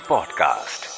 Podcast